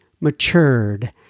matured